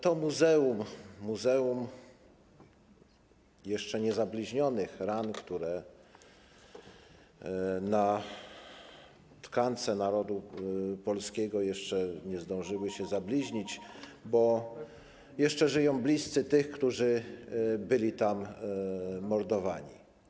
To muzeum to muzeum jeszcze niezabliźnionych ran - ran, które na tkance narodu polskiego jeszcze nie zdążyły się zabliźnić, bo jeszcze żyją bliscy tych, którzy byli tam mordowani.